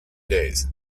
days